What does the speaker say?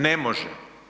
Ne može.